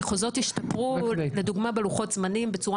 המחוזות השתפרו בלוחות הזמנים בצורה